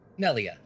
Nelia